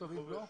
לעזור להם.